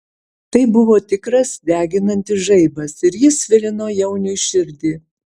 tai buvo tikras deginantis žaibas ir jis svilino jauniui širdį